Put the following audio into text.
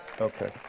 Okay